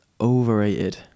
Overrated